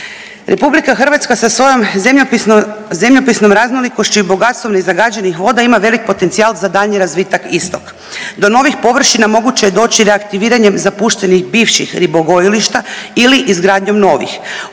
u vjetar. RH sa svojom zemljopisnom raznolikošću i bogatstvom nezagađenih voda ima velik potencijal za daljnji razvitak istoga. Do novih površina moguće je doći reaktiviranjem zapuštenih bivših ribogojilišta ili izgradnjom novih.